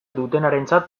dutenarentzat